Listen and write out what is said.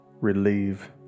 relieve